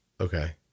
Okay